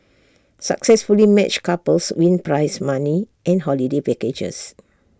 successfully matched couples win prize money and holiday packages